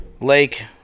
lake